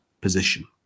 position